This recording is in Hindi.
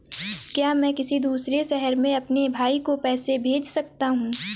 क्या मैं किसी दूसरे शहर में अपने भाई को पैसे भेज सकता हूँ?